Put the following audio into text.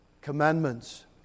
commandments